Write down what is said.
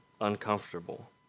uncomfortable